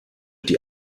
die